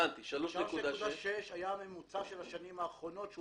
3.6 זה הממוצע של השנים האחרונות,